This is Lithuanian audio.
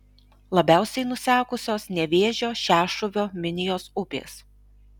labiausiai nusekusios nevėžio šešuvio minijos upės